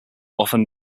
often